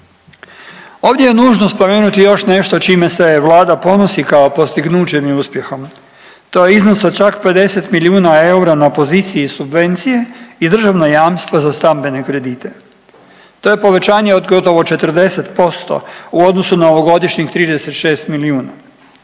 Ovdje je nužno spomenuti još nešto čime se Vlada ponosi kao postignućem i uspjehom. To je iznos od čak 50 milijuna eura na poziciji Subvencije i državna jamstva za stambene kredite. To je povećanje od gotovo 40% u odnosu na ovogodišnjih 36 milijuna.